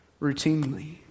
routinely